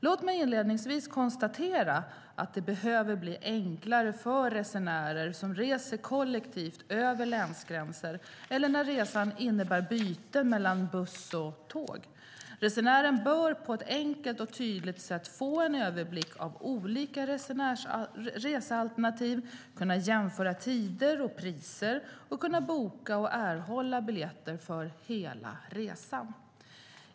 Låt mig inledningsvis konstatera att det behöver bli enklare för resenärer som reser kollektivt över länsgränser eller när resan innebär byten mellan buss och tåg. Resenären bör på ett enkelt och tydligt sätt få en överblick av olika resealternativ, kunna jämföra tider och priser, och kunna boka och erhålla biljetter för hela resan.